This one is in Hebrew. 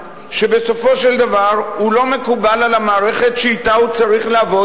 שבסופו של דבר הוא לא מקובל על המערכת שאתה הוא צריך לעבוד,